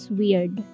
weird